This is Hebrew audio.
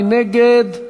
מי נגד?